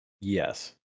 Yes